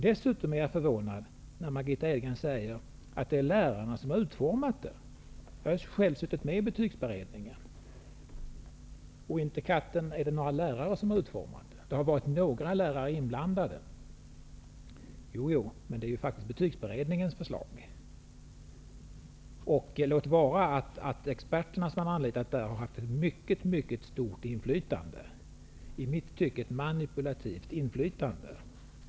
Dessutom är jag förvånad över att Margitta Edgren säger att lärarna har utformat förslaget. Jag har själv suttit med i betygsberedningen, och inte katten är det några lärare som har utformat förslaget! Det har varit några lärare inblandade. Jo, jo, men det är faktiskt betygsutredningens förslag, låt vara att experterna som beredningen har anlitat har haft ett mycket mycket stort inflytande, i mitt tycke ett manipulativt inflytande.